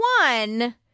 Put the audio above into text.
one